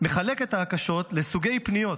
את ההקשות לסוגי פניות